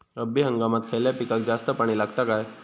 रब्बी हंगामात खयल्या पिकाक जास्त पाणी लागता काय?